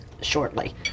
shortly